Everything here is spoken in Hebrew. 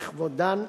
בכבודן,